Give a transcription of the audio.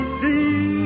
see